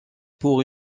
pour